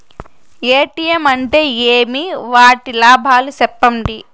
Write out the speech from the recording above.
ATM అంటే ఏమి? వాటి లాభాలు సెప్పండి